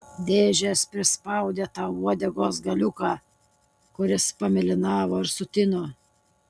dėžės prispaudė tau uodegos galiuką kuris pamėlynavo ir sutino